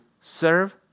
serve